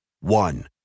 One